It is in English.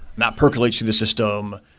that percolates to this system.